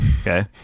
Okay